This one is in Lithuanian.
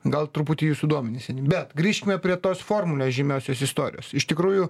gal truputį jūsų duomenys seni bet grįžkime prie tos formulės žymiosios istorijos iš tikrųjų